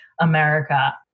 America